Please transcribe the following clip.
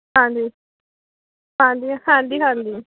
ਹਾਂਜੀ ਹਾਂਜੀ ਹਾਂਜੀ ਹਾਂਜੀ